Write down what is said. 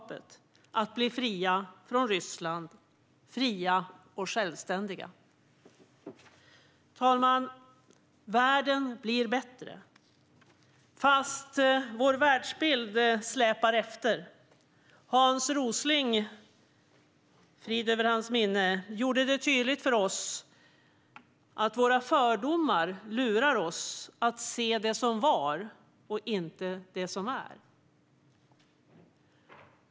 Det handlar om att de ska bli fria från Ryssland - fria och självständiga. Fru talman! Världen blir bättre, men vår världsbild släpar efter. Hans Rosling - frid över hans minne - gjorde tydligt för oss att våra fördomar lurar oss att se det som var och inte det som är.